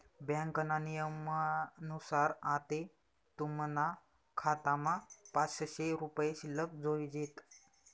ब्यांकना नियमनुसार आते तुमना खातामा पाचशे रुपया शिल्लक जोयजेत